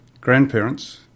grandparents